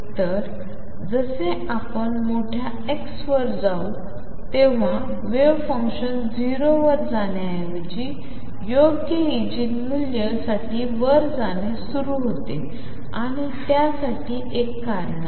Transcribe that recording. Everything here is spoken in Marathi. तर जसे आपण मोठ्या x वर जाऊ तेव्हा वेव्ह फंक्शन 0 वर जाण्याऐवजी योग्य इगेन मूल्य साठी वर जाणे सुरू होते आणि त्यासाठी एक कारण आहे